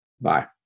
Bye